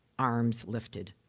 arms lifted.